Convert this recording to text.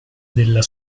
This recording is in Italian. della